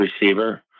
receiver